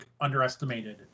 underestimated